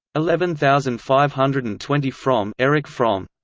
eleven thousand five hundred and twenty fromm um like fromm